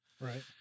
Right